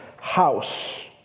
house